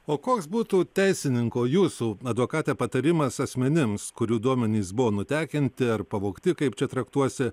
o koks būtų teisininko jūsų advokate patarimas asmenims kurių duomenys buvo nutekinti ar pavogti kaip čia traktuosi